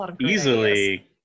easily